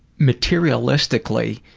materialistically,